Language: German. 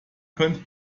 könnt